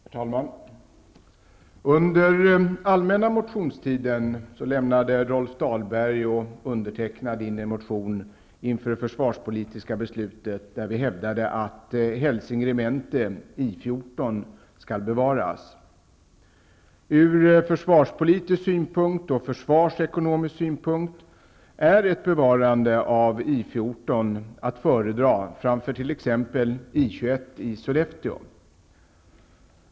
Herr talman! Under allmänna motionstiden lämnade Rolf Dahlberg och undertecknad in en motion inför det försvarspolitiska beslutet, där vi hävdade att Hälsinge regemente, I 14, bör bevaras. Ur försvarspolitisk och ur försvarsekonomisk synpunkt är ett bevarande av I 14 att föredra framför t.ex. I 21 i Sollefteå.